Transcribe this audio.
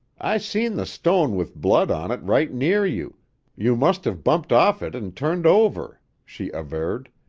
i seen the stone with blood on it right near you you must have bumped off it an' turned over, she averred.